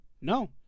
No